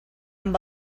amb